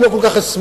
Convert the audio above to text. אני לא כל כך אשמח,